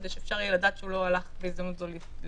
כדי שאפשר יהיה לדעת שהוא לא הלך בהזדמנות זו לטייל,